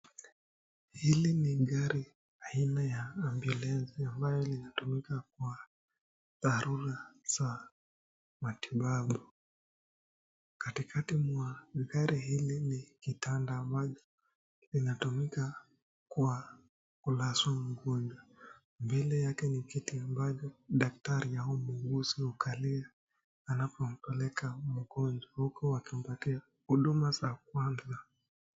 Hili ni gari aina ya ambulensi ambalo linatumika kwa dharura za matibabu. Katikati mwa gari hili ni kitanda ambacho kinatumika kwa kulaza mgonjwa. Mbele yake ni kiti ambacho daktari au muuguzi hukalia anapompeleka mgonjwa huku wakimpatia huduma za kwanza.